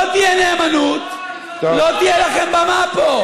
לא תהיה נאמנות, אוי, אוי, לא תהיה לכם במה פה.